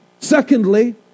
Secondly